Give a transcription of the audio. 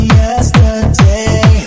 yesterday